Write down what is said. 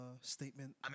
statement